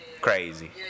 Crazy